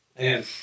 man